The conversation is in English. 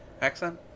accent